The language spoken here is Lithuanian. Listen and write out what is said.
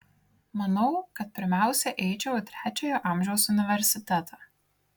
manau kad pirmiausia eičiau į trečiojo amžiaus universitetą